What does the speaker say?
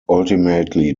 ultimately